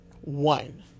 one